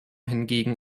hingegen